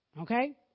Okay